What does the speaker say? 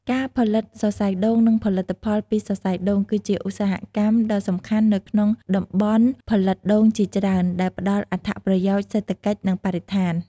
ការផលិតសរសៃដូង និងផលិតផលពីសរសៃដូង គឺជាឧស្សាហកម្មដ៏សំខាន់នៅក្នុងតំបន់ផលិតដូងជាច្រើន ដែលផ្តល់អត្ថប្រយោជន៍សេដ្ឋកិច្ច និងបរិស្ថាន។